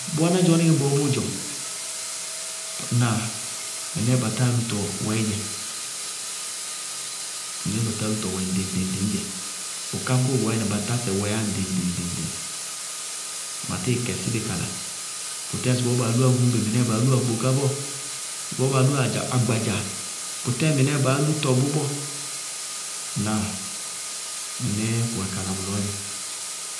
Bʋwɛná dzɔɔnɩŋɛ bɔɔ bʋʋ dzɔ. Tɔɔ ŋnáa? Mɩnɛɛ batáa lútɔ wɛɛdzɛ, mɩnɛɛ batáa lútɔ wɛ ŋɖɩŋ-ŋɖɩŋ dzɛ. Bʋká kóo bɔɔyɛnɩ, batásɛ wɛɛyá ŋɖɩŋ-ŋɖɩŋ ŋɖɩŋ-ŋɖɩŋ, ma tíɩ kɛsí bɩ kala: bʋtɛɛ ŋsɩbɔɔ baa lúwá gúŋbe mɩnɛɛ baá lú akpoká bɔɔ, ŋsɩbɔɔ baa lúwá agbadza, bʋtɛɛ mɩnɛɛ baá lú tɔbʋ bɔɔ. Ŋnáa? Mɩnɛɛ kʋwɛ kala bʋlɔɔ dzɛ.